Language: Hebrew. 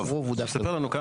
הרוב הוא מה שאמרתי.